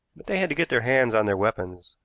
but they had to get their hands on their weapons,